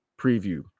preview